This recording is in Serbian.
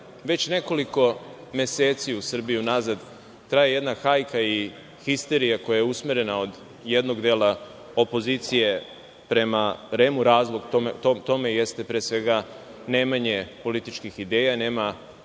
već nekoliko meseci unazad u Srbiji traje jedna hajka i histerija koja je usmerena od jednog dela opozicije prema REM-u. Razlog tome jeste, pre svega, nemanje političkih ideja, nema